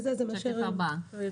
זה מה שהראינו.